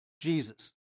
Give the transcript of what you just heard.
Jesus